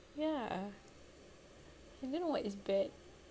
ya I don't know what is bad